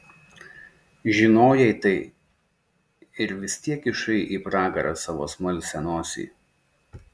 žinojai tai ir vis tiek kišai į pragarą savo smalsią nosį